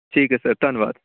ਠੀਕ ਹੈ ਸਰ ਧੰਨਵਾਦ